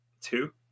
two